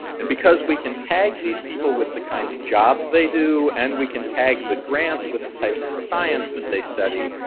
and because we can tag these people with the kinds of jobs they do and we can tag the grants with the types of science that they study,